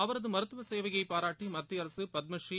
அவரது மருத்துவ சேவையை பாராட்டி மத்திய அரசு பத்மடுநீ